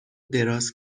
دراز